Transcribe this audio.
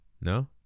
No